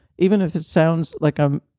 even if it sounds like i'm.